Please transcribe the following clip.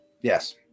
Yes